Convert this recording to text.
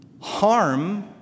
Harm